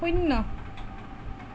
শূন্য